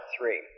three